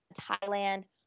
Thailand